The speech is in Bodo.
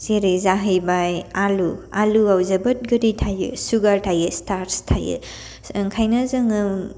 जेरै जाहैबाय आलु आलुवाव जोबोर गोदै थायो सुगार थायो स्थारस थायो ओंखायनो जोङो